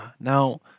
Now